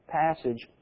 passage